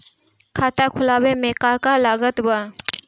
खाता खुलावे मे का का लागत बा?